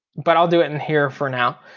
but i'll do it in here for now,